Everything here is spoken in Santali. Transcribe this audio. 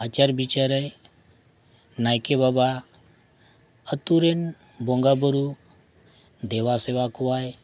ᱟᱪᱟᱨᱼᱵᱤᱪᱟᱨ ᱨᱮ ᱱᱟᱭᱠᱮ ᱵᱟᱵᱟ ᱟᱛᱳᱨᱮᱱ ᱵᱚᱸᱜᱟ ᱵᱩᱨᱩ ᱫᱮᱣᱟᱼᱥᱮᱵᱟ ᱠᱚᱣᱟᱭ